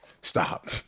Stop